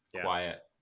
quiet